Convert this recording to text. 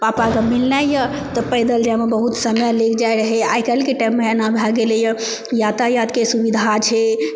पापाके मिलनाइ तब पैदल जाइमे बहुत समय लागि जाइ रहै आइ काल्हिके टाइममे एना भए गेलैयऽ यातयातके सुबिधा छै